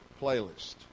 playlist